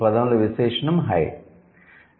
ఈ పదంలో విశేషణం 'హై'